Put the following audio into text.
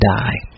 die